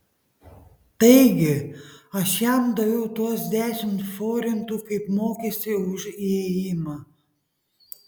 taigi aš jam daviau tuos dešimt forintų kaip mokestį už įėjimą